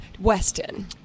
Weston